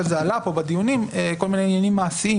אך עלו במהלך הדיונים כל מיני עניינים מעשיים